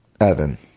Evan